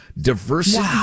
diversity